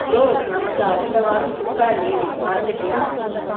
bro நமக்கு அடுத்த வாரம் ஃபுல்லா லீவு மறந்துட்டியா